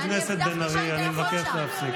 חברת הכנסת בן ארי, אני מבקש להפסיק.